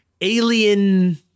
alien